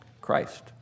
Christ